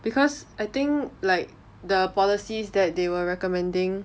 because I think like the policies that they were recommending